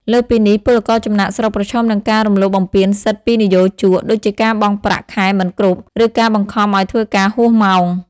លើសពីនេះ ពលករចំណាកស្រុកប្រឈមនឹងការរំលោភបំពានសិទ្ធិពីនិយោជក ដូចជាការបង់ប្រាក់ខែមិនគ្រប់ ឬការបង្ខំឱ្យធ្វើការហួសម៉ោង។